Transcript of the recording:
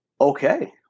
Okay